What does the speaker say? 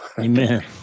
Amen